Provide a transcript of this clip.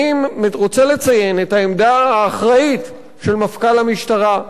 אני רוצה לציין את העמדה האחראית של מפכ"ל המשטרה,